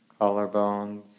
collarbones